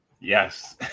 Yes